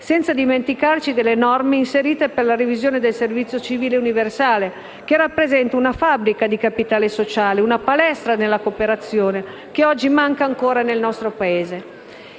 Senza dimenticarci delle norme inserite per la revisione del servizio civile universale, che rappresenta una fabbrica di capitale sociale, una palestra della cooperazione, che oggi manca nel nostro Paese.